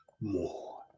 more